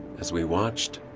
as we watched,